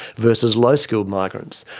versus low skilled migrants.